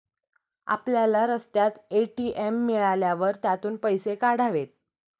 आपल्याला रस्त्यात ए.टी.एम मिळाल्यावर त्यातून पैसे काढावेत